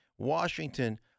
Washington